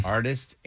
artist